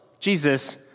Jesus